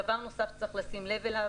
דבר נוסף שצריך לשים לב אליו,